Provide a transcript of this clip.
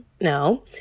No